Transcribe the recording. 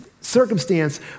circumstance